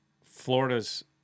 Florida's